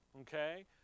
okay